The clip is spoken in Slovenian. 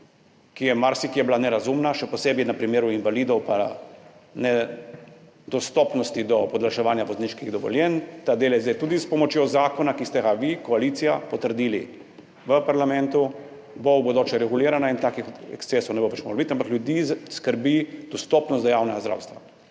ki je marsikje bila nerazumna, še posebej na primeru invalidov in nedostopnosti do podaljševanja vozniških dovoljenj, ta del je zdaj tudi s pomočjo zakona, ki ste ga vi, koalicija, potrdili v parlamentu in bo v bodoče reguliran in takih ekscesov ne bo več moglo biti. Ampak ljudi skrbi dostopnost javnega zdravstva.